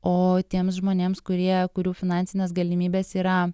o tiems žmonėms kurie kurių finansinės galimybės yra